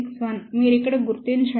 261 మీరు ఇక్కడ గుర్తించండి